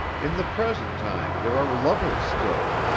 in the present time there are lovers still.